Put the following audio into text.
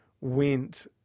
went